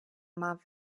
мав